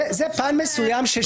זה פן מסוים ששומר.